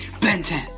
Benton